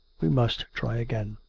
we must try again.